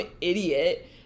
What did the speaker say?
idiot